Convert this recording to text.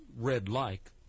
red-like